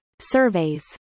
Surveys